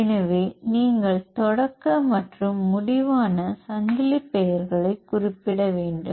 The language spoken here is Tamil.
எனவே நீங்கள் தொடக்க மற்றும் முடிவான சங்கிலி பெயர்களைக் குறிப்பிட வேண்டும்